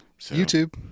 YouTube